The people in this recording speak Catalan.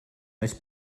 més